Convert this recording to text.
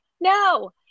no